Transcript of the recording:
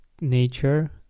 nature